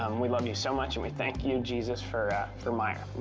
um we love you so much, and we thank you, jesus, for for meyer.